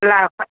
ఇలా